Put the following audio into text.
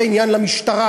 שזה עניין למשטרה,